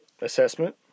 assessment